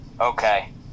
okay